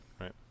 right